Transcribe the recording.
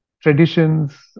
traditions